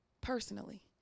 personally